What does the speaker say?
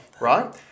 right